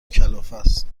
کلافست